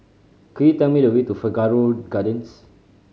could you tell me the way to Figaro Gardens